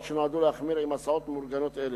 שנועדו להחמיר בעניין הסעות מאורגנות אלה.